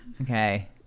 Okay